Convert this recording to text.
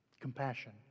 Compassion